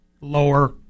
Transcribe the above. lower